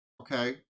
okay